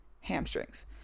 hamstrings